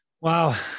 Wow